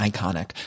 Iconic